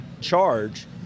charge